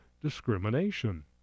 discrimination